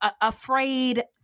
afraid